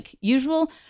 usual